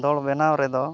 ᱫᱚᱲ ᱵᱮᱱᱟᱣ ᱨᱮᱫᱚ